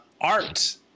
Art